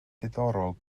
diddorol